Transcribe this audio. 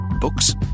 books